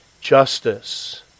justice